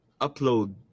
upload